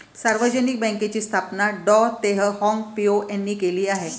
सार्वजनिक बँकेची स्थापना डॉ तेह हाँग पिओ यांनी केली आहे